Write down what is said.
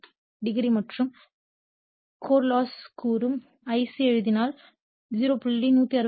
5 o மற்றும் core loss கூறு Ic எழுதினால் 0